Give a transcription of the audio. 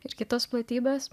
ir kitos platybės